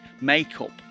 makeup